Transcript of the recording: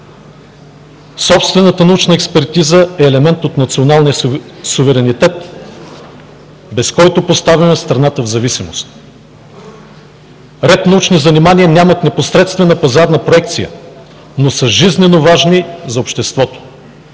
Собствената научна експертиза е елемент от националния суверенитет, без който поставяме страната в зависимост. Ред научни занимания нямат непосредствена пазарна проекция, но са жизнено важни за обществото.